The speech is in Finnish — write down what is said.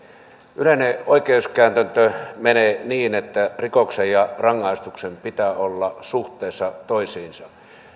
yleinen oikeuskäytäntö menee niin että rikoksen ja rangaistuksen pitää olla suhteessa toisiinsa